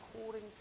according